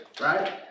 Right